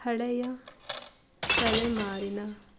ಹಳೆಯ ತಲೆಮಾರಿನ